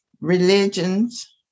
religions